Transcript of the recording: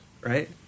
Right